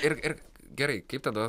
ir ir gerai kaip tada